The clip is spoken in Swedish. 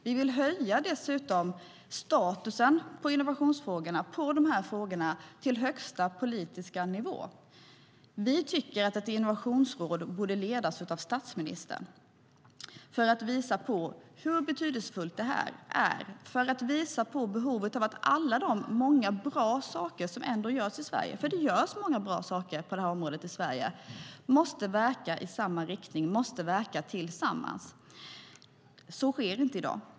Vi vill dessutom höja statusen på innovationsfrågorna så att de hamnar på högsta politiska nivå. Vi tycker att ett innovationsråd borde ledas av statsministern för att visa på hur betydelsefullt det är och för att visa på behovet av att alla de många bra saker som ändå görs i Sverige, för det görs många bra saker på det här området i Sverige, verkar i samma riktning och tillsammans. Så sker inte i dag.